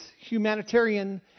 humanitarian